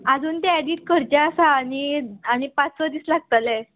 आजून ते एडीट करचे आसा आनी आनी पांच स दीस लागतले